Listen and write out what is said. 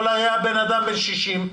יכול היה בן אדם בן 60,